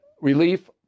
relief